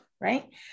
right